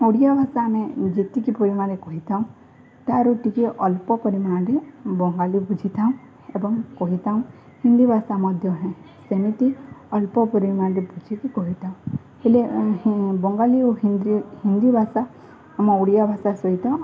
ଓଡ଼ିଆ ଭାଷା ଆମେ ଯେତିକି ପରିମାଣରେ କହିଥାଉ ତାର ଟିକେ ଅଳ୍ପ ପରିମାଣରେ ବଙ୍ଗାଳୀ ବୁଝିଥାଉ ଏବଂ କହିଥାଉ ହିନ୍ଦୀ ଭାଷା ମଧ୍ୟ ସେମିତି ଅଳ୍ପ ପରିମାଣରେ ବୁଝିକି କହିଥାଉ ହେଲେ ବଙ୍ଗାଳୀ ଓ ହିନ୍ଦୀ ଭାଷା ଆମ ଓଡ଼ିଆ ଭାଷା ସହିତ